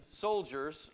soldiers